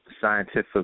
scientific